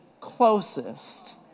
closest